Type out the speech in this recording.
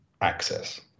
access